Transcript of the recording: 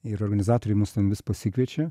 ir organizatoriai mus ten vis pasikviečia